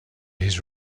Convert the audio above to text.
his